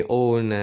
own